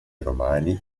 romani